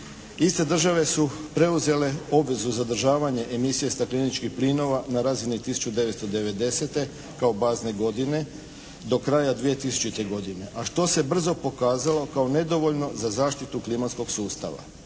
Iste države su preuzele obvezu zadržavanja emisije stakleničkih plinova na razini 1990. kao bazne godine do kraja 2000. godine a što se brzo pokazalo kao nedovoljno za zaštitu klimatskog sustava.